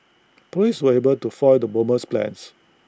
Police were able to foil the bomber's plans